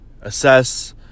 assess